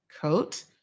coat